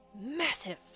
massive